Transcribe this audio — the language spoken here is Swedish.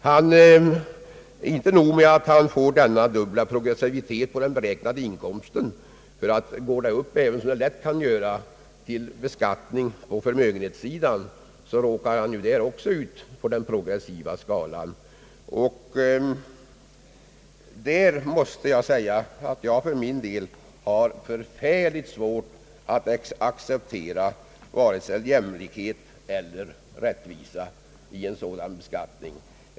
Det är inte nog med att han får den dubbla progressiviteten på den beräknade inkomsten. Även på förmögenhetssidan råkar han ut för den progressiva skalan. För min del har jag mycket svårt att se någon jämlikhet eller rättvisa i en sådan beskattning.